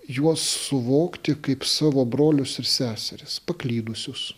juos suvokti kaip savo brolius ir seseris paklydusius